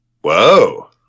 Whoa